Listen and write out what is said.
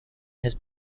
has